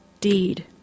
deed